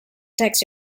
text